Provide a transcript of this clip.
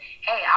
hey